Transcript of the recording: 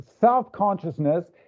self-consciousness